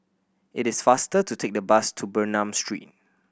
it is faster to take the bus to Bernam Street